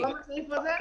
זה במקום הסעיף הזה?